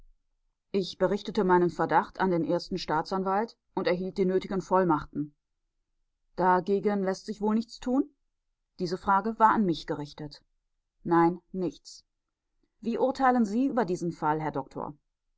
ich berichtete meinen verdacht an den ersten staatsanwalt und erhielt die nötigen vollmachten dagegen läßt sich wohl nichts tun diese frage war an mich gerichtet nein nichts wie urteilen sie über diesen fall herr doktor